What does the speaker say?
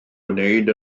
wneud